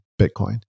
Bitcoin